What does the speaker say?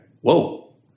whoa